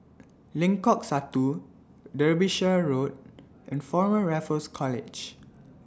Lengkok Satu Derbyshire Road and Former Raffles College